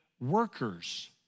workers